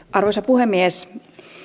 arvoisa puhemies